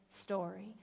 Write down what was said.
story